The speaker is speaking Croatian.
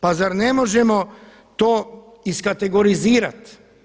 Pa zar ne možemo to iskategorizirat?